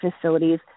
facilities